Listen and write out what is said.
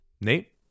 Nate